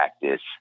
practice